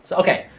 so ok.